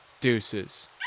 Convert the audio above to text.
deuces